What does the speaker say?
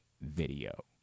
video